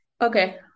okay